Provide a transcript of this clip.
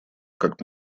как